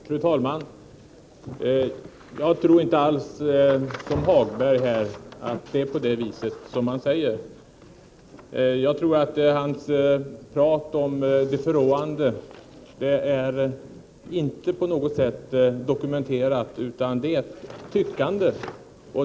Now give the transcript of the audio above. Fru talman! Jag tror inte alls att det är som Lars-Ove Hagberg säger. Hans prat om förråande inverkan är inte på något sätt dokumenterat, utan det är bara ett tyckande.